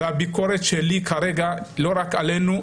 הביקורת שלי כרגע לא רק עלינו,